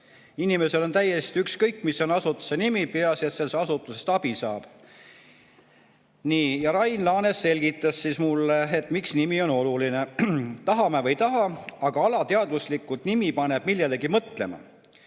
Inimesele on täiesti ükskõik, mis on asutuse nimi, peaasi, et sellest asutusest abi saab. Rain Laane selgitas siis mulle, miks nimi on oluline. Tahame või ei taha, aga alateadvuslikult nimi paneb millelegi mõtlema.